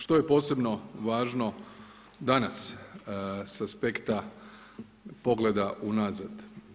Što je posebno važno danas sa aspekta pogleda unazad?